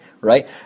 right